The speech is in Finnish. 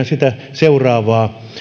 sitä seuraavaa